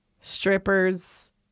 strippers